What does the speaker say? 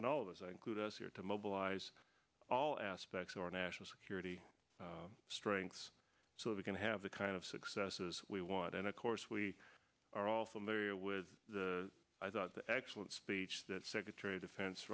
and all of us i include us here to mobilize all aspects of our national security strengths so we can have the kind of successes we want and of course we are all familiar with the i thought the excellent speech that secretary of defense